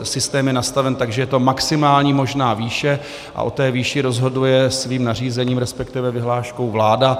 Systém je nastaven tak, že je to maximální možná výše, a o té výši rozhoduje svým nařízením, resp. vyhláškou vláda.